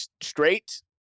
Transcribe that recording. straight